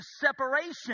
separation